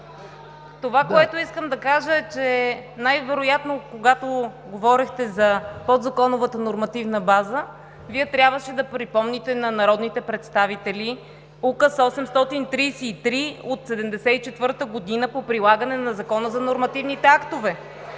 Това, което искам да кажа, е, че когато говорехте за подзаконовата нормативна база, Вие трябваше да припомните на народните представители Указ № 833 от 1974 г. за прилагане на Закона за нормативните актове.